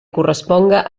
corresponga